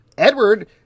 Edward